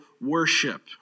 worship